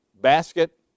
basket